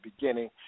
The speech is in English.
beginning